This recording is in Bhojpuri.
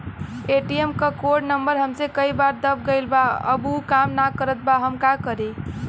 ए.टी.एम क कोड नम्बर हमसे कई बार दब गईल बा अब उ काम ना करत बा हम का करी?